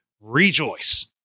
rejoice